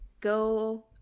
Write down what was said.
go